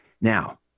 now